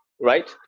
right